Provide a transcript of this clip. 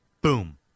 boom